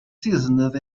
seasoned